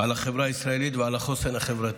על החברה הישראלית ועל החוסן החברתי.